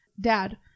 Dad